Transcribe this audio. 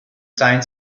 seien